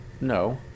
No